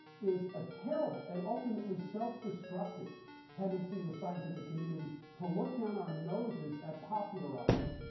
is a terrible and ultimately self-destructive tendency in the scientific, community, to look down our noses at popularizers.